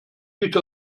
bitte